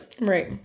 Right